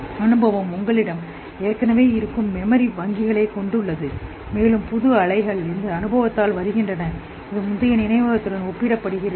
அனுபவம் உங்களிடம் ஏற்கனவே இருக்கும் மெமரி வங்கிகளைக் கொண்டுள்ளது மேலும் அலைகள் இந்த அனுபவத்தில் வருகின்றன இது முந்தைய நினைவகத்துடன் ஒப்பிடுகிறது